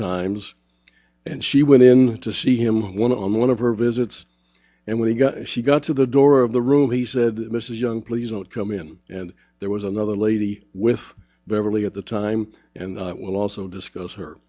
times and she went in to see him one on one of her visits and we got she got to the door of the room he said mrs young please don't come in and there was another lady with beverly at the time and i will also discuss her